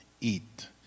eat